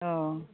अ